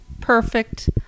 perfect